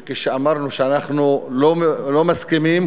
וכשאמרנו שאנחנו לא מסכימים,